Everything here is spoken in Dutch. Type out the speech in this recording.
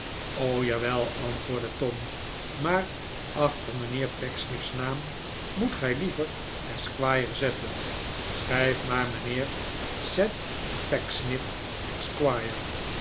jawel antwoordde tom t maar achter mijnheer pecksniff's naam moest gij liever esquire zetten schrijf maar mijnheer